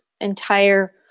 entire